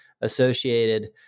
associated